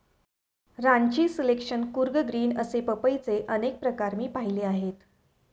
Ranchi selection, Coorg green असे पपईचे अनेक प्रकार मी पाहिले आहेत